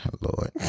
Lord